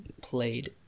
played